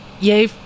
Yay